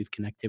connectivity